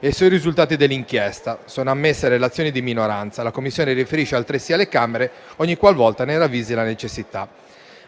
e sui risultati dell'inchiesta. Sono ammesse relazioni di minoranza. La Commissione riferisce altresì alle Camere ogni qualvolta ne ravvisi la necessità.